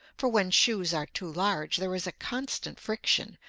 for when shoes are too large there is a constant friction,